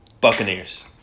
Buccaneers